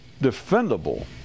defendable